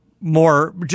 more